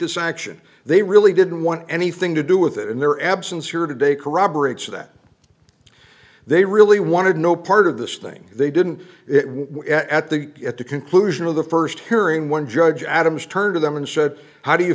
this action they really didn't want anything to do with it and their absence here today corroborates that they really wanted no part of this thing they didn't at the at the conclusion of the first hearing when judge adams turned to